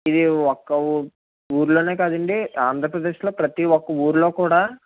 ఇది ఒక్క ఊర్ ఊరిలోనే కాదండి ఆంధ్రప్రదేశ్లో ప్రతి ఒక్క ఊరిలోకూడా